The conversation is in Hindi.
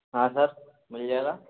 हाँ सर मिल जाएगा